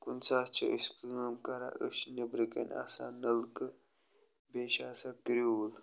کُنہِ ساتہٕ چھِ أسۍ کٲم کَران أسۍ چھِ نٮ۪برٕ کَنۍ آسان نلکہٕ بیٚیہِ چھِ آسان کِرٛیوٗل